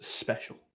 special